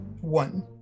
One